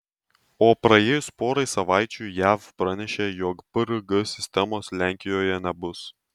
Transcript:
o praėjus porai savaičių jav pranešė jog prg sistemos lenkijoje nebus